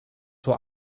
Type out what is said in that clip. what